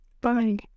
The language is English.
Bye